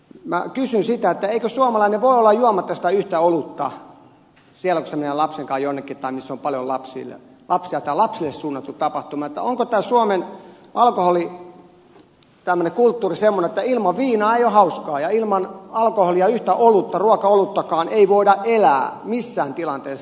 minä kysyn sitä eikö suomalainen voi olla juomatta sitä yhtä olutta siellä kun hän menee lapsen kanssa jonnekin missä on paljon lapsia tai lapsille suunnattu tapahtuma eli onko tämä suomen alkoholikulttuuri semmoinen että ilman viinaa ei ole hauskaa ja ilman alkoholia yhtä ruokaoluttakaan ei voida elää missään tilanteessa